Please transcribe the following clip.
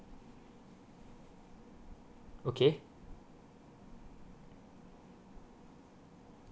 okay